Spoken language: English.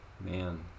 man